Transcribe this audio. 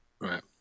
Right